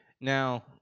now